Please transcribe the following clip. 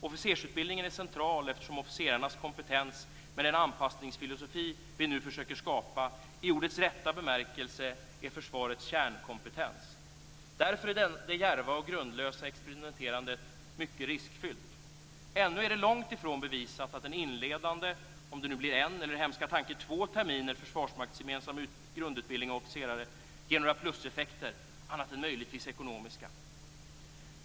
Officersutbildningen är central eftersom officerarnas kompetens med den anpassningsfilosofi vi nu försöker skapa i ordets rätta bemärkelse är försvarets kärnkompetens. Därför är det djärva och grundlösa experimenterandet mycket riskfyllt. Ännu är det långt ifrån bevisat att en inledande - om det nu blir en eller, hemska tanke, två terminer - försvarsmaktsgemensam grundutbildning av officerare ger några pluseffekter annat än möjligtvis ekonomiska.